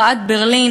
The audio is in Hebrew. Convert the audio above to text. מחאת ברלין,